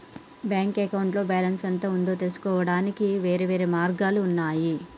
bank అకౌంట్లో balance ఎంత ఉందో తెలుసుకోవడానికి వేర్వేరు మార్గాలు ఉన్నయి